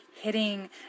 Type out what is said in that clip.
hitting